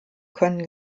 können